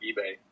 eBay